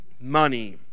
money